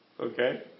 Okay